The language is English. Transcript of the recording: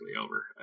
over